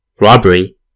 robbery